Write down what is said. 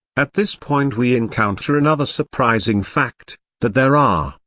at this point we encounter another surprising fact that there are,